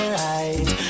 right